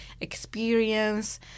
experience